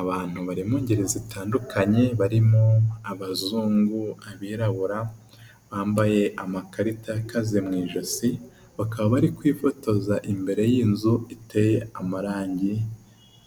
Abantu bari mu ngeri zitandukanye, barimo abazungu, abirabura bambaye amakarita ya kazi mu ijosi, bakaba bari kwifotoza imbere y'inzu iteye amarangi